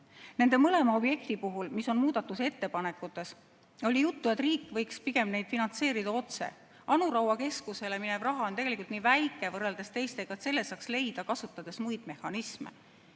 Nende mõlema objekti puhul, mis on muudatusettepanekutes, oli juttu, et riik võiks pigem neid finantseerida otse. Anu Raua keskusele minev raha on tegelikult nii väike võrreldes teistega, selle saaks leida, kasutades muid mehhanisme.